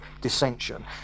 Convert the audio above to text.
dissension